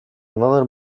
another